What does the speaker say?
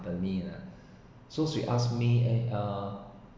company so she ask me uh